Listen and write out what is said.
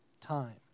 time